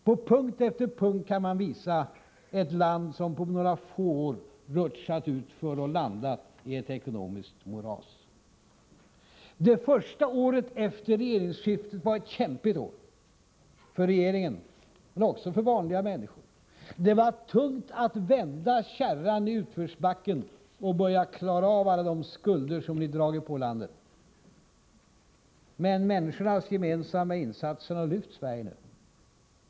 På punkt efter punkt kan man visa på ett land som på några få år rutschat utför och landat i ett ekonomiskt moras. Det första året efter regeringsskiftet var ett kämpigt år för regeringen men också för vanliga människor. Det var tungt att vända kärran i utförsbacken och börja klara av alla de skulder som ni dragit på landet. Men människornas gemensamma insatser har lyft Sverige.